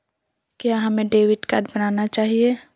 क्या हमें debit card बनाना चाहिए?